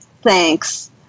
Thanks